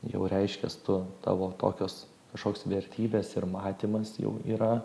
jau reiškias tu tavo tokios kažkoks vertybės ir matymas jau yra